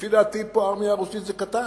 לפי דעתי, הארמיה הרוסית זה קטן,